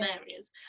areas